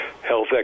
health